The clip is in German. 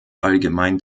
allgemein